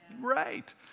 Right